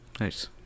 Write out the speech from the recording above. Nice